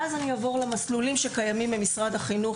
אעבור למסלולים שקיימים בנושא במשרד החינוך.